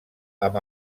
amb